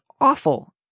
awful